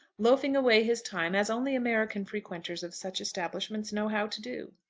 loafing away his time as only american frequenters of such establishments know how to do.